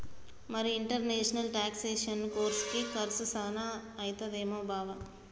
మరి ఇంటర్నేషనల్ టాక్సెసను కోర్సుకి కర్సు సాన అయితదేమో బావా